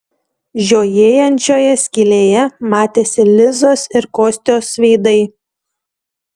žiojėjančioje skylėje matėsi lizos ir kostios veidai